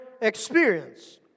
experience